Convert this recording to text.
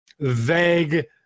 vague